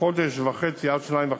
חודש וחצי עד חודשיים וחצי,